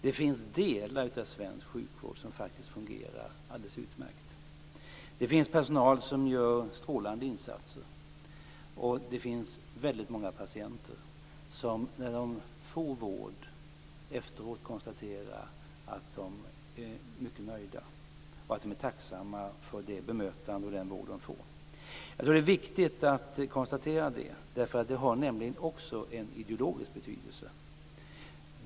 Det finns delar av svensk sjukvård som faktiskt fungerar alldeles utmärkt. Det finns personal som gör strålande insatser, och det finns väldigt många patienter som efter att ha fått vård konstaterar att de är mycket nöjda och tacksamma för det bemötande och den vård de fått. Jag tror att det är viktigt att konstatera detta, därför att det har nämligen också en ideologisk betydelse.